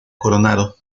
coronado